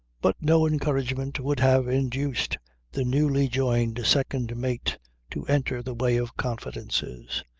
but no encouragement would have induced the newly-joined second mate to enter the way of confidences.